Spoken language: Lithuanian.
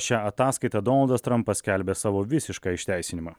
šią ataskaitą donaldas trampas skelbia savo visišką išteisinimą